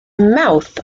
mouth